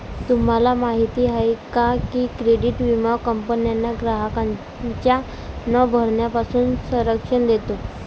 तुम्हाला माहिती आहे का की क्रेडिट विमा कंपन्यांना ग्राहकांच्या न भरण्यापासून संरक्षण देतो